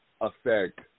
affect